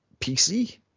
pc